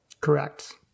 Correct